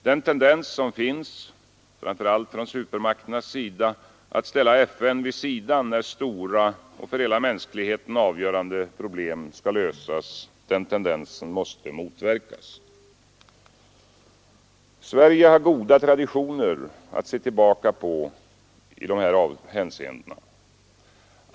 Den tendens som finns, framför allt från supermakternas sida, att ställa FN vid sidan när stora och för hela mänskligheten avgörande problem skall lösas måste motverkas. Sverige har goda traditioner att se tillbaka på i dessa hänseenden.